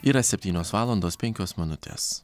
yra septynios valandos penkios minutės